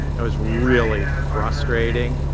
it was really frustrating.